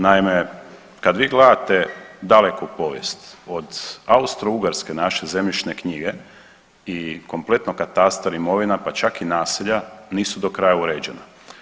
Naime, kad vi gledate daleku povijest od Austro-Ugarske naše zemljišne knjige i kompletno katastar imovina, pa čak i naselja nisu do kraja uređena.